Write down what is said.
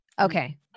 Okay